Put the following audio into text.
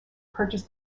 purchase